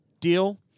deal